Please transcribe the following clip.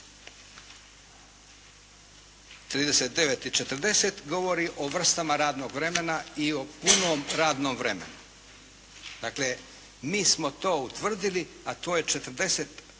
39. i 40 govori o vrstama radnog vremena i o punom radnom vremenu. Dakle, mi smo to utvrdili, a to je 40